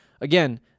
Again